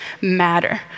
matter